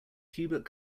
hubert